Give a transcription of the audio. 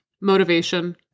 motivation